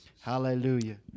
hallelujah